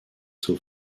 zur